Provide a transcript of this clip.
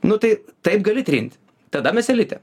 nu tai taip gali trint tada mes elite